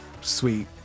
sweet